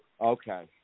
Okay